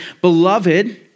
Beloved